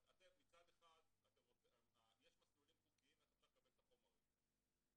יש מסלולים חוקיים לקבלת החומרים,